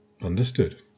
Understood